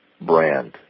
brand